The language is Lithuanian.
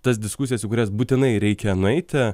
tas diskusijas į kurias būtinai reikia nueiti